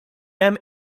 hemm